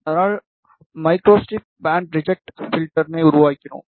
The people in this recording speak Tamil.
அதனால் மைக்ரோஸ்ட்ரிப் பேண்ட் ரிஜெக்ட் பில்டர்னை உருவாக்கினோம்